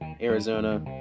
Arizona